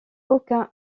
aucun